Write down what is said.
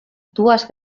dues